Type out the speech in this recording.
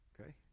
Okay